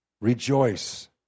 Rejoice